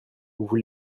vous